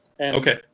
Okay